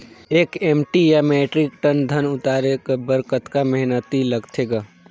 एक एम.टी या metric ton धन उतारे बर कतका मेहनती लगथे ग?